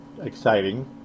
exciting